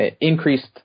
increased